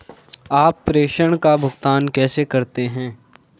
आप प्रेषण का भुगतान कैसे करते हैं?